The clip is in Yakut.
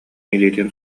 илиитин